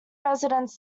residents